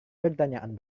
pertanyaan